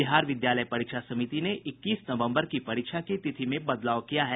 बिहार विद्यालय परीक्षा समिति ने इक्कीस नवम्बर की परीक्षा की तिथि में बदलाव किया है